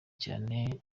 cyane